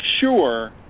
sure